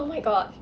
oh my god